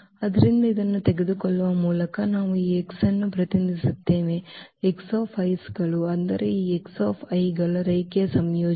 ಆದ್ದರಿಂದ ಇದನ್ನು ತೆಗೆದುಕೊಳ್ಳುವ ಮೂಲಕ ನಾವು ಈ x ಅನ್ನು ಪ್ರತಿನಿಧಿಸುತ್ತೇವೆ 's ಗಳು ಅಂದರೆ ಈ ಗಳ ರೇಖೀಯ ಸಂಯೋಜನೆ